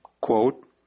quote